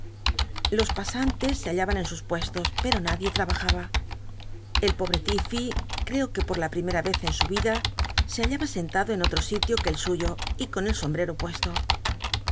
los pasan tes se bailaban en sus puestos pero nadie ltabajaba el pobre l'i l fey cteo que por la primera vez en su vida se hallaba sentado en otto sitio que el suyo y con el sombteto puesto